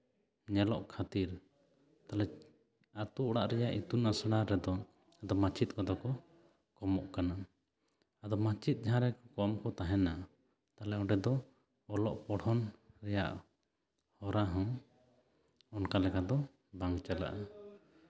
ᱧᱮᱞᱚᱜ ᱠᱷᱟᱹᱛᱤᱨ ᱛᱟᱦᱞᱮ ᱟᱹᱛᱩ ᱚᱲᱟᱜ ᱨᱮᱭᱟᱜ ᱤᱛᱩᱱ ᱟᱥᱲᱟ ᱨᱮᱫᱚ ᱟᱫᱚ ᱢᱟᱪᱮᱫ ᱠᱚᱫᱚ ᱠᱚ ᱠᱚᱢᱚᱜ ᱠᱟᱱᱟ ᱟᱫᱚ ᱢᱟᱪᱮᱫ ᱡᱟᱦᱟᱸᱨᱮ ᱠᱚᱢ ᱠᱚ ᱛᱟᱦᱮᱸᱱᱟ ᱛᱟᱦᱞᱮ ᱚᱸᱰᱮ ᱫᱚ ᱚᱞᱚᱜ ᱯᱚᱲᱦᱚᱱ ᱨᱮᱭᱟᱜ ᱦᱚᱨᱟ ᱦᱚᱸ ᱚᱱᱠᱟ ᱞᱮᱠᱟ ᱫᱚ ᱵᱟᱝ ᱪᱟᱞᱟᱜᱼᱟ